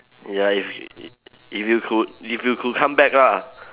ya if i~ if you could if you could come back lah